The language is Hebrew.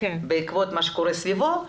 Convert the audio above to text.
בעקבות מה שקורה סביבו,